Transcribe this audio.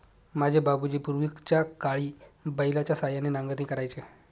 माझे बाबूजी पूर्वीच्याकाळी बैलाच्या सहाय्याने नांगरणी करायचे